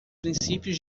princípios